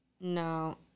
No